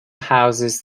houses